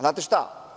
Znate šta.